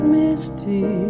misty